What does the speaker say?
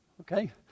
okay